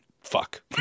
fuck